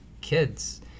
kids